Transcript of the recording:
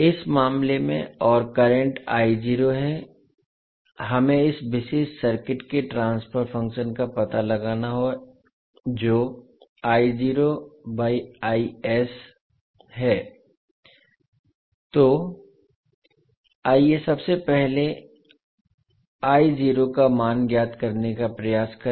इस मामले में और करंट है हमें इस विशेष सर्किट के ट्रांसफर फ़ंक्शन का पता लगाना है जो है तो आइए सबसे पहले आइए का मान ज्ञात करने का प्रयास करें